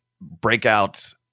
breakout